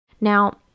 Now